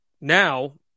now